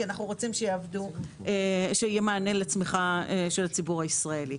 אנחנו רוצים שיהיה מענה לצמיחה של הציבור הישראלי.